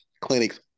clinics